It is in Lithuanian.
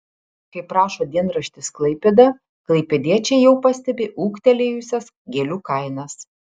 kaip rašo dienraštis klaipėda klaipėdiečiai jau pastebi ūgtelėjusias gėlių kainas